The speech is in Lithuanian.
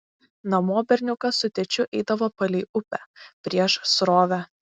namo berniukas su tėčiu eidavo palei upę prieš srovę